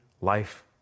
life